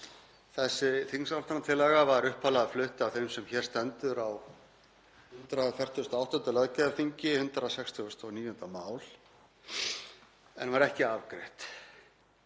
Þessi þingsályktunartillaga var upphaflega flutt af þeim sem hér stendur á 148. löggjafarþingi, 169. mál, en var ekki afgreidd.